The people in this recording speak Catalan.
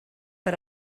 per